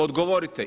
Odgovorite.